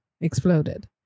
exploded